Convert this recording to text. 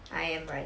I am right